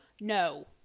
no